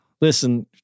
listen